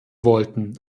wollten